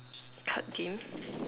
card games